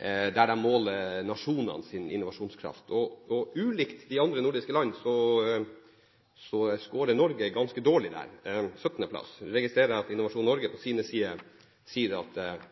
der de måler nasjonenes innovasjonskraft, og ulikt de andre nordiske landene skårer Norge ganske dårlig der – en 17. plass. Jeg registrer at Innovasjon Norge på